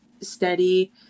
steady